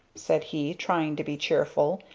said he, trying to be cheerful,